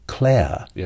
Claire